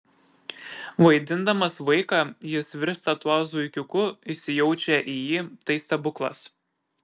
vaidindamas vaiką jis virsta tuo zuikiuku įsijaučia į jį tai stebuklas